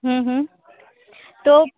હ હ તો